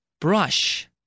Brush